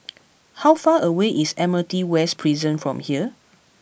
how far away is Admiralty West Prison from here